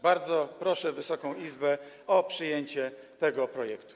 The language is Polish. Bardzo proszę Wysoką Izbę o przyjęcie tego projektu.